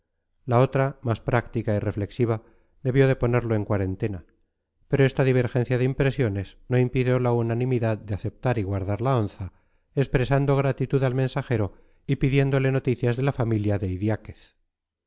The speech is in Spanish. la otra más práctica y reflexiva debió de ponerlo en cuarentena pero esta divergencia de impresiones no impidió la unanimidad de aceptar y guardar la onza expresando gratitud al mensajero y pidiéndole noticias de la familia de